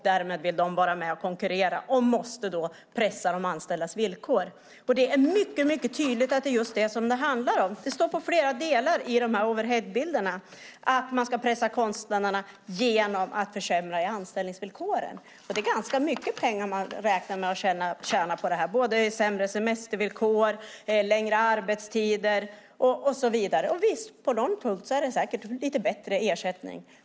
Därmed vill de vara med och konkurrera och måste då pressa de anställdas villkor. Och det är mycket tydligt att det är just det som det handlar om. Det står på flera av overheadbilderna att man ska pressa kostnaderna genom att försämra i anställningsvillkoren. Det är ganska mycket pengar som man räknar med att tjäna på det, både i sämre semestervillkor, i längre arbetstider och så vidare. Visst, på någon punkt är det säkert lite bättre ersättning.